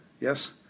Yes